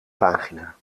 pagina